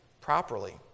properly